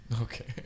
Okay